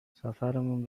سفرمون